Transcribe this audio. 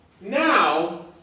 now